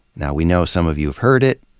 now we know some of you have heard it.